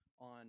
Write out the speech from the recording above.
on